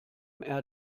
man